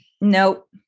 Nope